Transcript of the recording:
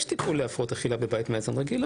יש טיפול להפרעות אכילה בבית מאזן רגיל,